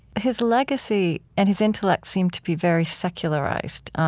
his legacy and his intellect seem to be very secularized